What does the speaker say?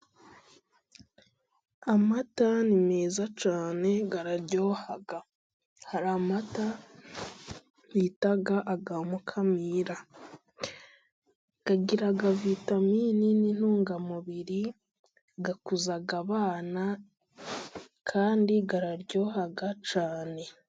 Amata ni meza cyane araryoha, hari amata bita aya Mukamira. Agira vitamini n'intungamubiri, akuza abana kandi araryoha cyane.